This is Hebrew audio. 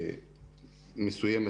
מסוימת.